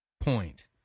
point